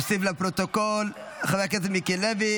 נוסיף לפרוטוקול את חבר הכנסת מיקי לוי,